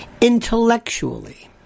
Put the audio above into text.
intellectually